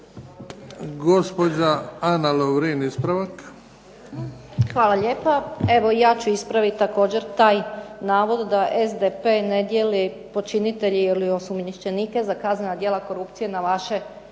ispravak. **Lovrin, Ana (HDZ)** Hvala lijepo. Evo ja ću ispraviti također taj navoda da SDP ne dijeli počinitelje ili osumnjičenike za kaznena djela korupcije na vaše